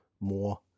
more